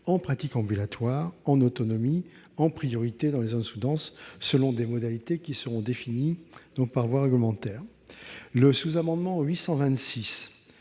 en pratique ambulatoire en autonomie, en priorité dans les zones sous-denses, selon des modalités qui seront définies par voie réglementaire. Le sous-amendement n°